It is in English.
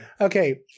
Okay